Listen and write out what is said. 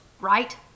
right